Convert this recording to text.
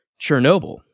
Chernobyl